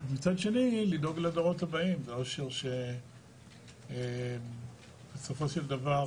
מצד שני לדאוג לדורות הבאים לעושר שבסופו של דבר